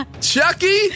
Chucky